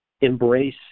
Embrace